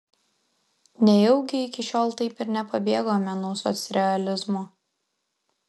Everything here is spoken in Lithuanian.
nejaugi iki šiol taip ir nepabėgome nuo socrealizmo